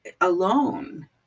alone